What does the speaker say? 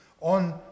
on